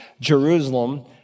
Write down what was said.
Jerusalem